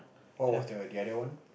what was the other one